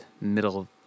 middle